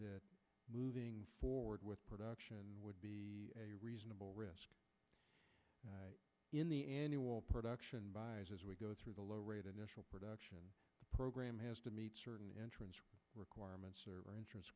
that moving forward with production would be a reasonable risk in the annual production buys as we go through the low rate initial production program has to meet certain entrance requirements are